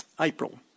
April